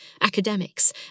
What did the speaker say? academics